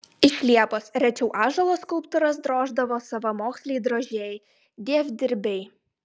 iš liepos rečiau ąžuolo skulptūras droždavo savamoksliai drožėjai dievdirbiai